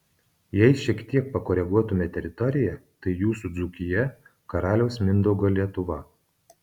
jei šiek tiek pakoreguotume teritoriją tai jūsų dzūkija karaliaus mindaugo lietuva